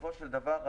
בסופו של דבר,